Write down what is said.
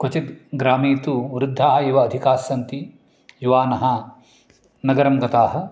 क्वचित् ग्रामे तु वृद्धाः एव अधिकास्सन्ति युवानः नगरं गताः